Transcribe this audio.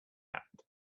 happened